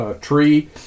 tree